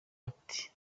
ati